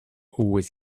always